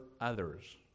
others